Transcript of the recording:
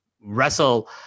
wrestle